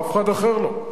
אף אחד אחר לא.